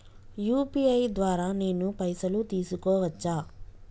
UPI ద్వారా నేను పైసలు తీసుకోవచ్చా?